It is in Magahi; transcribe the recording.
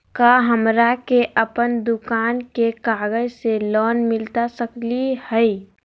का हमरा के अपन दुकान के कागज से लोन मिलता सकली हई?